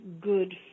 good